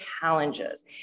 challenges